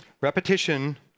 Repetition